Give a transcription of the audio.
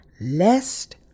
lest